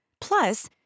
Plus